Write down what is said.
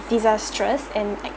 disastrous and